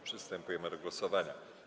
Przystępujemy do głosowania.